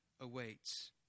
awaits